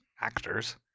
actors